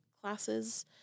classes